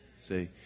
See